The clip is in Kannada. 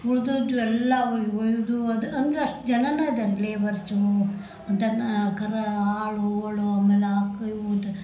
ಉಳ್ದಿದ್ದು ಎಲ್ಲ ಉಳಿದು ಅದು ಅಂದ್ರೆ ಅಷ್ಟು ಜನನೇ ಇದಾರೆ ರೀ ಲೇಬರ್ಸು ದನ ಕರ ಆಳುಗಳು ಆಮೇಲೆ ಆಕಳು ಇವು ಅಂತ